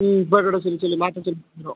ம் போட்டுவிட சொல்லி சொல்லி மாட்ட சொல்லி சொல்லுறோம்